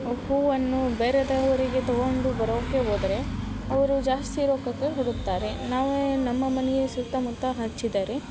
ಹೂವನ್ನು ಬೇರೆಯವ್ರಿಗೆ ತೊಗೊಂಡು ಬರೋಕ್ಕೆ ಹೋದ್ರೆ ಅವರು ಜಾಸ್ತಿ ರೊಕ್ಕಕ್ಕೆ ಹುಡುಕ್ತಾರೆ ನಾವೇ ನಮ್ಮ ಮನೆಯ ಸುತ್ತಮುತ್ತ ಹಚ್ಚಿದರೆ